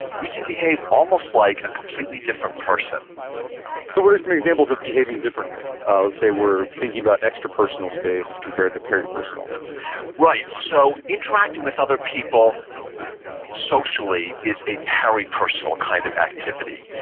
we can behave almost like a completely different person so, what are some examples of behaving differently? let's ah say we're thinking about extrapersonal space, compared to peripersonal right. so, interacting with other people socially is a peripersonal kind of activity,